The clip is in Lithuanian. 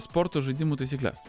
sporto žaidimų taisykles